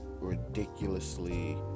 ridiculously